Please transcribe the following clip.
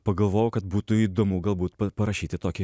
pagalvojau kad būtų įdomu galbūt pa parašyti tokį